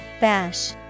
bash